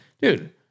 Dude